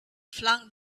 flung